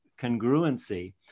congruency